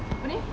apa ni